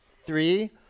three